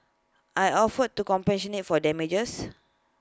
I offered to compensate for the damages